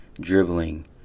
dribbling